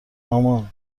مامان